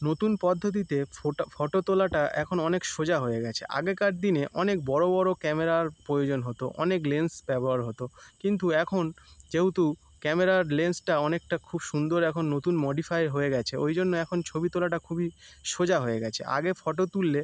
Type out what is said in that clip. নতুন পদ্ধতিতে ফোটা ফটো তোলাটা এখন অনেক সোজা হয়ে গেছে আগেকার দিনে অনেক বড়ো বড়ো ক্যামেরার প্রয়োজন হতো অনেক লেন্স ব্যবহার হতো কিন্তু এখন যেহোতু ক্যামেরার লেন্সটা অনেকটা খুব সুন্দর এখন নতুন মডিফাই হয়ে গেছে ওই জন্য এখন ছবি তোলাটা খুবই সোজা হয়ে গেছে আগে ফটো তুললে